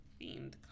themed